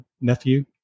nephew